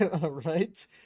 right